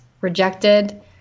rejected